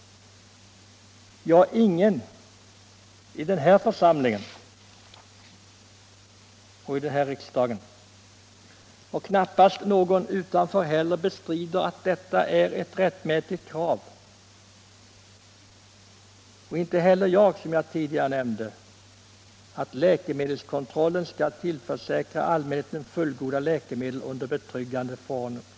Ja, ingen i den här riksdagen, och knappast någon utanför heller, bestrider att detta är ett rättmätigt krav och att, som jag tidigare nämnde, läkemedelskontrollen skall tillförsäkra allmänheten fullgoda läkemedel genom betryggande former.